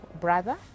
brother